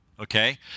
Okay